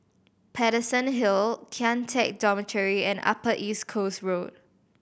Paterson Hill Kian Teck Dormitory and Upper East Coast Road